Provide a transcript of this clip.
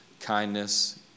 kindness